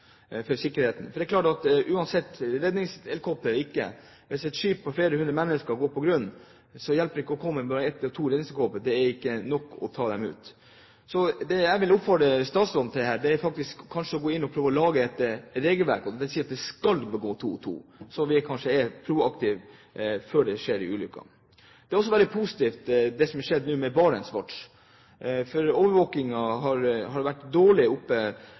flere hundre mennesker går på grunn, hjelper det uansett ikke å komme med ett eller to redningshelikopter. Det er ikke nok til å ta dem ut. Så det jeg vil oppfordre statsråden til her, er faktisk kanskje å gå inn og prøve å lage et regelverk som sier at skipene skal gå to og to, så er man kanskje proaktiv med hensyn til en ulykke. Det er også veldig positivt det som nå har skjedd med BarentsWatch, for overvåkingen har vært dårlig